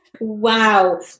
Wow